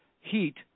Heat